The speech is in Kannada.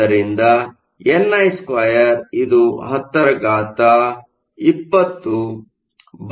ಆದ್ದರಿಂದ ni2 ಇದು 1020ND ಆಗಿದೆ